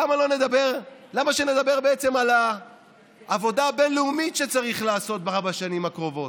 למה שנדבר על העבודה הבין-לאומית שצריך לעשות בארבע השנים הקרובות?